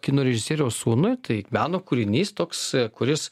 kino režisieriaus sūnui tai meno kūrinys toks kuris